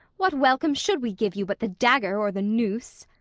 what welcome should we give you but the dagger or the noose?